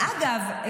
ואגב,